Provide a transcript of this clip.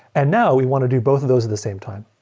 and now we want to do both of those at the same time.